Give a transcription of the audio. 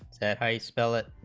that i spell it